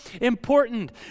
important